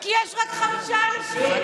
כי יש רק חמישה אנשים.